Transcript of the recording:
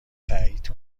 تایید